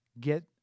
get